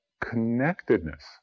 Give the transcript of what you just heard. connectedness